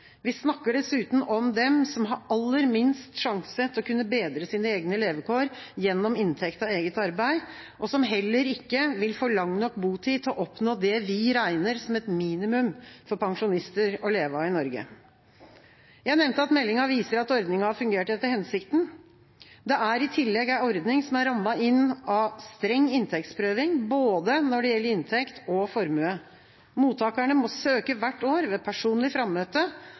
Vi snakker dessuten om dem som har aller minst sjanse til å kunne bedre sine egne levekår gjennom inntekt av eget arbeid, og som heller ikke vil få lang nok botid til å oppnå det vi regner som et minimum for pensjonister å leve av i Norge. Jeg nevnte at meldinga viser at ordninga har fungert etter hensikten. Det er i tillegg ei ordning som er rammet inn av streng inntektsprøving, når det gjelder både inntekt og formue. Mottakerne må søke hvert år ved personlig frammøte.